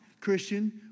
Christian